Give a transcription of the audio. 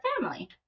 family